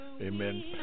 Amen